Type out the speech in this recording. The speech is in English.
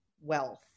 wealth